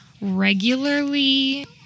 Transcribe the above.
regularly